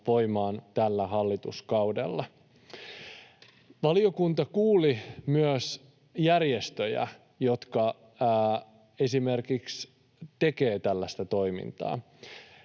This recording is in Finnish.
voimaan tällä hallituskaudella. Valiokunta kuuli myös järjestöjä, jotka esimerkiksi tekevät tällaista toimintaa.